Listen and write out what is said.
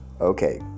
Okay